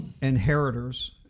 inheritors